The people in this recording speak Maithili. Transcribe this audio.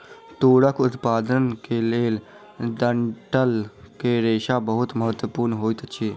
तूरक उत्पादन के लेल डंठल के रेशा बहुत महत्वपूर्ण होइत अछि